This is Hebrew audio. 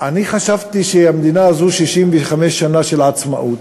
אני חשבתי שהמדינה הזאת, 65 שנה של עצמאות,